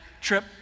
trip